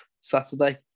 Saturday